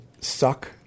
suck